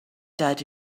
that